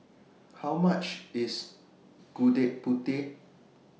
How much IS Gudeg Putih